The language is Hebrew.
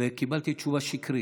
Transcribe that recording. וקיבלתי תשובה שקרית: